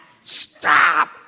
stop